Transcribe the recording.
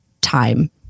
time